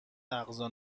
اقصا